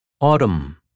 Autumn